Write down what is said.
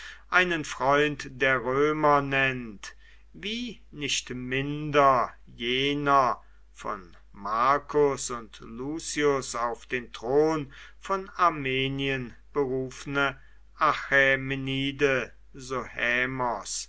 einen freund der römer nennt wie nicht minder jener von marcus und lucius auf den thron von armenien berufene